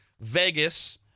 Vegas